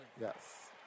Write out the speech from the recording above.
Yes